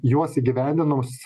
juos įgyvendinus